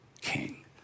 king